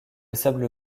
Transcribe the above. sable